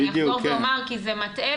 אני אחזור ואומר, כי זה מטעה.